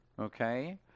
Okay